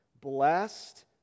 Blessed